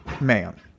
man